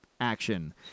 action